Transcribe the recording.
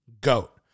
GOAT